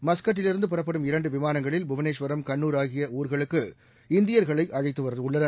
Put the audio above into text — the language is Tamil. மஸ்கட்டில் இருந்து புறப்படும் இரண்டு விமானங்களில் புவனேஸ்வரம் கண்னூர் ஆகிய ஊர்களுக்கு இந்தியர்களை அழைத்து வரப்பட உள்ளனர்